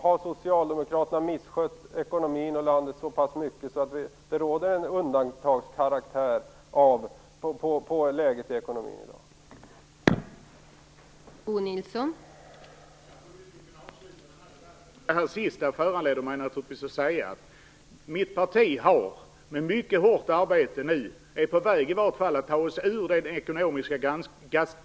Har Socialdemokraterna misskött ekonomin och landet så pass mycket att det råder undantagskaraktär i ekonomin i dag?